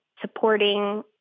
supporting